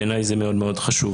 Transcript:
בעיניי זה מאוד חשוב,